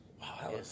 Wow